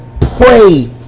pray